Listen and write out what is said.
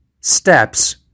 steps